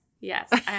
Yes